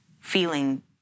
feeling